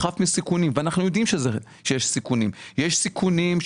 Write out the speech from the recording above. יש סיכונים,